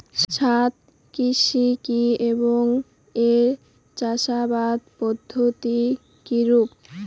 ছাদ কৃষি কী এবং এর চাষাবাদ পদ্ধতি কিরূপ?